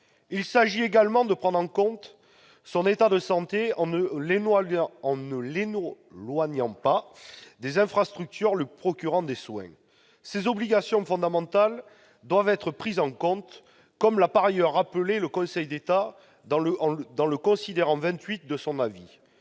Il s'agit également de prendre en compte l'état de santé du demandeur en ne l'éloignant pas des structures qui lui procurent des soins. Ces obligations fondamentales doivent être prises en compte, comme l'a rappelé le Conseil d'État dans le considérant 28 de son avis.